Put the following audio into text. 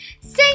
Sing